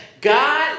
God